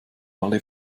alle